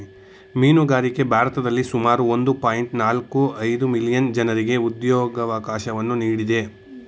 ಮೀನುಗಾರಿಕೆ ಭಾರತದಲ್ಲಿ ಸುಮಾರು ಒಂದು ಪಾಯಿಂಟ್ ನಾಲ್ಕು ಐದು ಮಿಲಿಯನ್ ಜನರಿಗೆ ಉದ್ಯೋಗವಕಾಶವನ್ನು ನೀಡಿದೆ